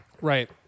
Right